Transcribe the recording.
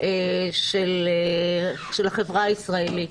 של החברה הישראלית.